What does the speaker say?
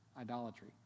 idolatry